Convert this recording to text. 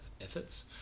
efforts